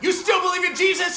you still believe in jesus